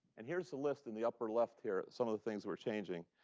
and here's a list in the upper-left here some of the things we're changing.